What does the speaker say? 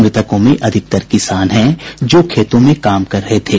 मृतकों में अधिकतर किसान हैं जो खेतों में काम कर रहे थे